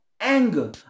anger